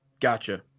Gotcha